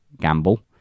gamble